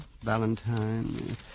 Valentine